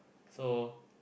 so